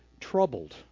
Troubled